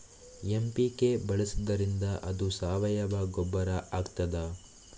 MPK ಬಳಸಿದ್ದರಿಂದ ಅದು ಸಾವಯವ ಗೊಬ್ಬರ ಆಗ್ತದ?